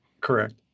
Correct